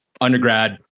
undergrad